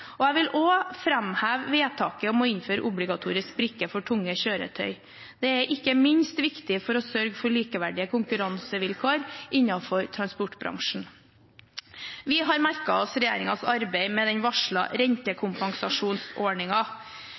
rabattsystemer. Jeg vil også framheve vedtaket om å innføre obligatorisk brikke for tunge kjøretøy. Det er ikke minst viktig for å sørge for likeverdige konkurransevilkår innenfor transportbransjen. Vi har merket oss regjeringens arbeid med den